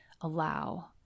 allow